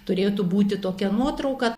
turėtų būti tokia nuotrauka